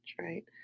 right